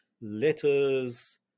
letters